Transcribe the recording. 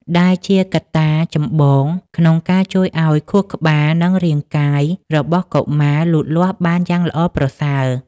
ដែលជាកត្តាចម្បងក្នុងការជួយឱ្យខួរក្បាល និងរាងកាយរបស់កុមារលូតលាស់បានយ៉ាងល្អប្រសើរ។